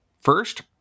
First